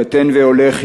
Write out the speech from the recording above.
קטן והולך,